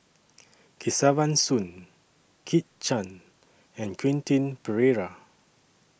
Kesavan Soon Kit Chan and Quentin Pereira